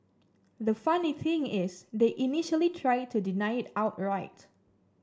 the funny thing is they initially tried to deny it outright